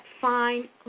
fine